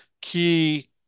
key